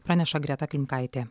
praneša greta klimkaitė